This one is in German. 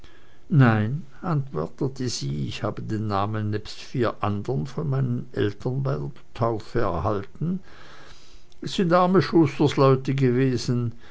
nein erwiderte sie ich habe den namen nebst vier andern von meinen eltern bei der taufe erhalten es sind arme schustersleute gewesen